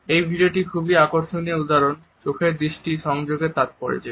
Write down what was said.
এই ভিডিওটি একটি খুবই আকর্ষণীয় উদাহরণ চোখের দৃষ্টি সংযোগের তাৎপর্যের